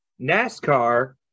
NASCAR